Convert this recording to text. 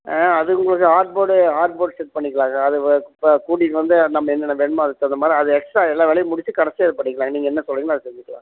ஆ அது உங்களுக்கு ஆட்போர்டு ஆட்போர்ட் செட் பண்ணிக்கலாங்க அது வ வ கூட்டிகிட்டு வந்து நம்ம என்னென்ன வேணுமோ அதுக்கு தகுந்தமாதிரி அது எக்ஸ்ட்ரா எல்லா வேலையும் முடித்து கடைசியாக இது பண்ணிக்கலாம் நீங்கள் என்ன சொல்கிறிங்களோ அதை செஞ்சுக்கலாம்